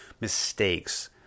mistakes